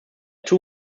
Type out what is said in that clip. two